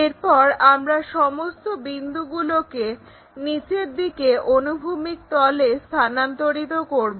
এরপর আমরা সমস্ত বিন্দুগুলোকে নিচের দিকে অনুভূমিক তলে স্থানান্তরিত করব